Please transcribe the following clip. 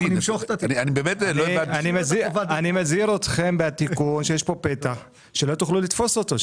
אני מזהיר אתכם על כך שיש פתח בתיקון שלא תוכלו לתפוס אותו.